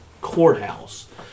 courthouse